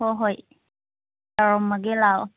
ꯍꯣ ꯍꯣꯏ ꯇꯧꯔꯝꯃꯒꯦ ꯂꯥꯛꯑꯣ